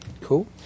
Cool